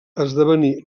esdevenir